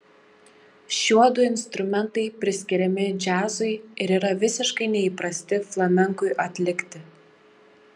šiuodu instrumentai priskiriami džiazui ir yra visiškai neįprasti flamenkui atlikti